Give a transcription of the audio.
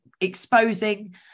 exposing